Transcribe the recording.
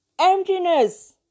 Emptiness